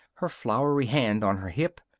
her floury hand on her hip.